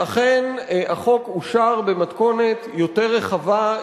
ואכן החוק אושר במתכונת יותר רחבה,